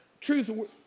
truth